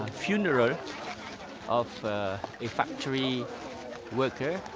funeral of a factory worker.